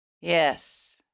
Yes